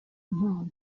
mpano